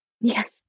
Yes